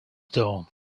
stone